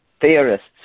theorist's